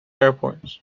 airports